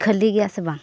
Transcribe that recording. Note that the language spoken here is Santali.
ᱠᱷᱟᱹᱞᱤ ᱜᱮᱭᱟ ᱥᱮ ᱵᱟᱝ